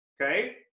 okay